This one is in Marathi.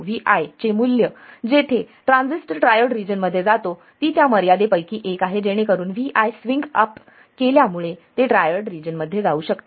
Vi चे मूल्य जेथे ट्रान्झिस्टर ट्रायोड रिजन मध्ये जातो ती त्या मर्यादे पैकी एक आहे जेणेकरून Vi स्विंग अप केल्यामुळे ते ट्रायोड रिजन मध्ये जाऊ शकते